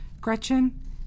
Gretchen